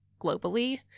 globally